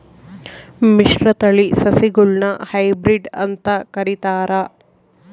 ಮಿಶ್ರತಳಿ ಸಸಿಗುಳ್ನ ಹೈಬ್ರಿಡ್ ಅಂತ ಕರಿತಾರ